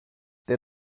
der